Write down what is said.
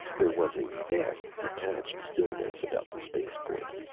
there was a vast, detached stillness about the spaceport.